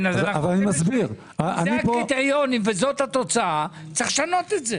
אם זה הקריטריונים וזו התוצאה יש לשנות את זה.